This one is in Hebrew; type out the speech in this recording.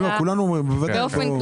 כולנו אומרים את זה.